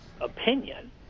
opinion